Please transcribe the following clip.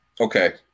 okay